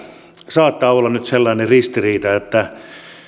saattaa olla nyt sellainen ristiriita että